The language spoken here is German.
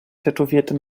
tätowierte